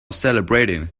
celebrating